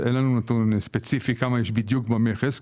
לנו נתון ספציפי לגבי כמה יש בדיוק במכס.